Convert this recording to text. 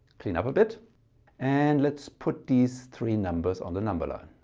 clean up a bit and let's put these three numbers on the number line.